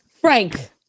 Frank